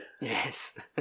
Yes